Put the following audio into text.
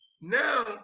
now